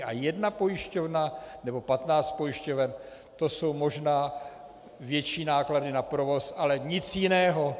A jedna pojišťovna, nebo patnáct pojišťoven, to jsou možná větší náklady na provoz, ale nic jiného.